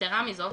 יתירה מזאת,